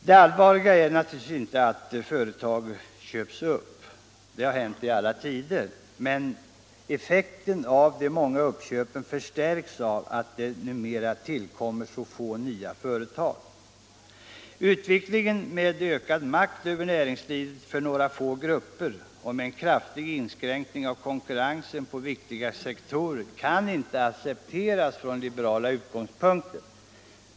Det allvarliga är naturligtvis inte att företag köps upp — det har hänt i alla tider — men effekten av de många uppköpen förstärks av att det numera tillkommer så få nya företag. Utvecklingen med ökad makt över näringslivet för några få grupper och med en kraftig inskränkning av konkurrensen på viktiga sektorer kan inte accepteras från liberala utgångspunkter.